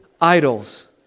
idols